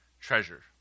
treasure